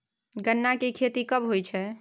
गन्ना की खेती कब होय छै?